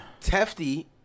Tefty